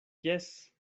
jes